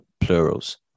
plurals